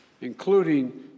including